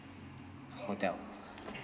hotel